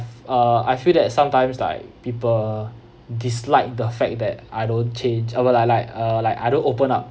uh I feel that sometimes like people dislike the fact that I don't change or what I like like uh like I don't open up